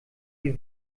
die